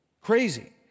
crazy